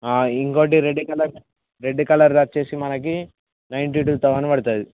ఇంకొకటి red colour red colour వచ్చి మనకు నైంటీ టూ థౌసండ్ పడుతుంది